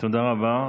תודה רבה.